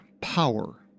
power